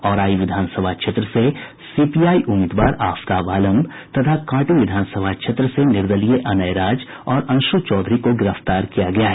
औराई विधानसभा क्षेत्र से सीपीआई उम्मीदवार आफताब आलम तथा कांटी विधानसभा क्षेत्र से निर्दलीय अनय राज और अंशु चौधरी को गिरफ्तार किया गया है